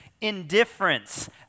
indifference